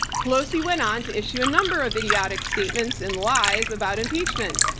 pelosi went on to issue a number of idiotic statements and lies about impeachment.